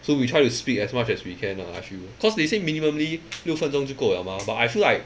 so we try to speak as much as we can ah I feel cause they say minimumly 六分钟就够 liao mah but I feel like